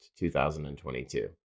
2022